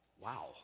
wow